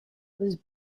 was